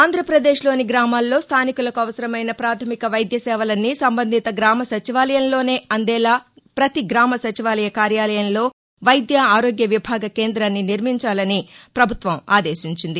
ఆంధ్రప్రదేశ్లోని గ్రామాల్లో స్థానికులకు అవసరమైన ప్రాథమిక వైద్య సేవలన్నీ సంబంధిత గ్రామ సచివాలయంలోనే అందేలా పతి గ్రామ సచివాలయ కార్యాలయంలో వైద్య ఆరోగ్య విభాగ కేంద్రాన్ని నిర్మించాలని ప్రభుత్వం ఆదేశించింది